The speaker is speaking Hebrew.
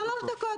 שלוש דקות.